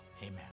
Amen